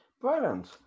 Brilliant